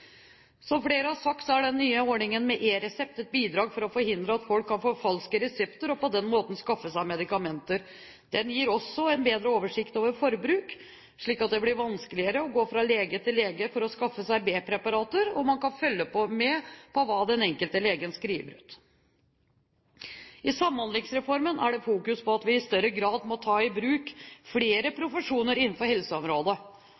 Som flere har sagt, er den nye ordningen med eResept et bidrag til å forhindre at folk kan forfalske resepter og på den måten skaffe seg medikamenter. Den gir også en bedre oversikt over forbruk, slik at det blir vanskeligere å gå fra lege til lege for å skaffe seg B-preparater, og man kan følge med på hva den enkelte lege skriver ut. I Samhandlingsreformen er det fokus på at vi i større grad må ta i bruk flere